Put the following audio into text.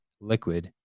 liquid